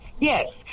Yes